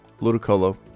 Ludicolo